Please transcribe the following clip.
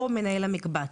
או מנהל המקבץ,